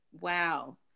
Wow